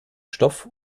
stoff